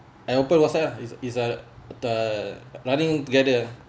uh open WhatsApp lah is is uh uh running together